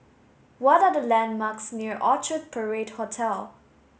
what are the landmarks near Orchard Parade Hotel